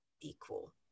equal